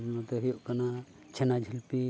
ᱱᱚᱛᱮ ᱦᱩᱭᱩᱜ ᱠᱟᱱᱟ ᱪᱷᱮᱱᱟ ᱡᱷᱤᱞᱯᱤ